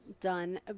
done